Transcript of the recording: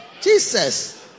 Jesus